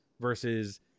versus